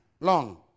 long